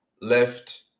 left